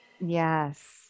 Yes